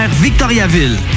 Victoriaville